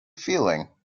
feeling